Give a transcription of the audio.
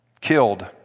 killed